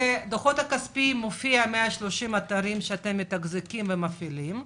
בדוחות הכספיים מופעים 130 אתרים שאתם מתחזקים ומפעילים.